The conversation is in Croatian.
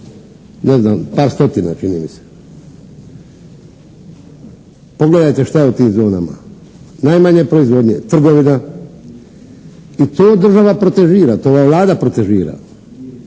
ne znam, par stotina, čini mi se. Pogledajte šta je u tim zonama. Najmanje proizvodnje, trgovina i to država protežira, to ova Vlada protežira.